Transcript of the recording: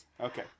Okay